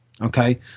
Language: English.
Okay